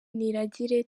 niragire